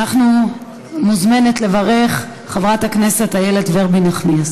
מוזמנת לברך, חברת הכנסת איילת נחמיאס